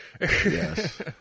Yes